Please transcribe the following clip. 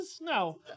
No